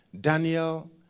Daniel